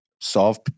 solve